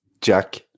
Jack